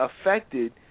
affected